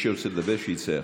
מי שרוצה לדבר, שיצא החוצה.